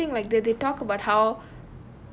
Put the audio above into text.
ya something like that they talk about how